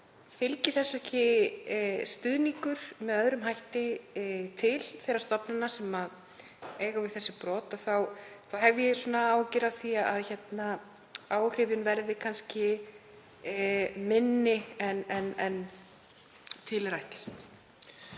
fylgi þessu ekki stuðningur með öðrum hætti til þeirra stofnana sem eiga við þessi brot hef ég áhyggjur af því að áhrifin verði kannski minni en til er ætlast.